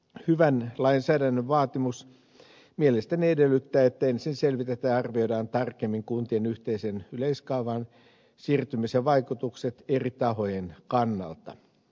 hyvän lainsäädännön vaatimus mielestäni edellyttää että ensin selvitetään ja arvioidaan tarkemmin kuntien yhteiseen yleiskaavaan siirtymisen vaikutukset eri tahojen kannalta